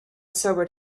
sobered